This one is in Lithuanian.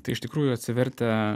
tai iš tikrųjų atsivertę